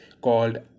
called